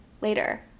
later